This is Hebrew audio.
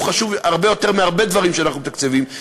הוא חשוב הרבה יותר מהרבה דברים שאנחנו מתקצבים,